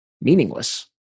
meaningless